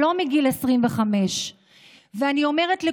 לא מגיל 25. ואני אומרת לכולנו,